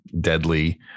deadly